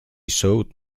sewed